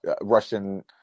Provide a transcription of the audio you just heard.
russian